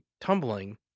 tumbling